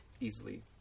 easily